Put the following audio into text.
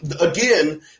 again